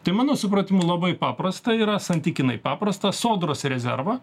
tai mano supratimu labai paprasta yra santykinai paprasta sodros rezervą